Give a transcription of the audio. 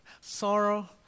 sorrow